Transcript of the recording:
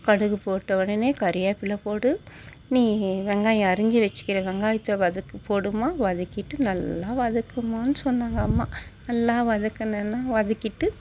கடுகு போட்ட உடனே கறிவேப்பில்ல போடு நீ வெங்காயம் அரிஞ்சு வச்சுக்கிற வெங்காயத்தை வதக்கி போடும்மா வதக்கிவிட்டு நல்லா வதக்குமான்னு சொன்னாங்க அம்மா நல்லா வதக்குனேன்னா வதக்கிவிட்டு